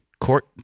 court